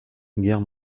guerre